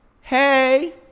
Hey